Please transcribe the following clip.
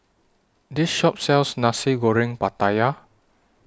This Shop sells Nasi Goreng Pattaya